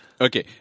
Okay